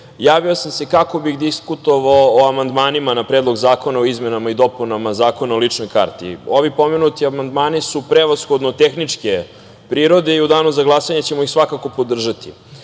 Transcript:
javio sam se kako bih diskutovao o amandmanima na predlog zakona o izmenama i dopunama Zakona o ličnoj karti. Ovi pomenuti amandmani su prevashodno tehničke prirode i u danu za glasanje ćemo ih svakako podržati.Međutim,